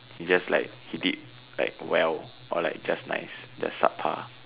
he just like he did like well or like just nice just sub-par